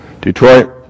Detroit